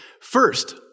First